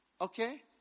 Okay